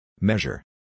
Measure